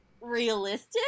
realistic